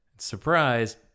Surprise